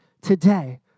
today